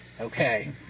Okay